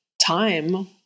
time